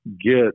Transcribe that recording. get